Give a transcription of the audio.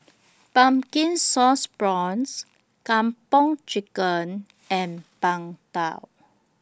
Pumpkin Sauce Prawns Kung Po Chicken and Png Tao